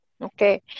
Okay